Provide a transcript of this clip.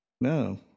No